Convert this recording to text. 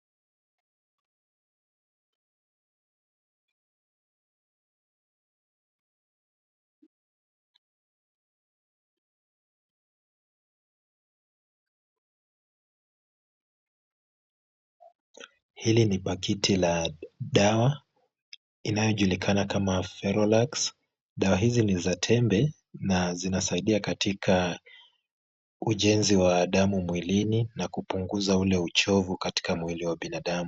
Hili ni pakiti la dawa, inazojulikana kama Ferolax. Hizi ni za tembe, na zinasaidia ujenzi wa damu mwilini na kupunguza ule uchovu katika mwili wa binadamu.